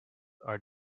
are